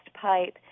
pipe